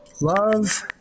Love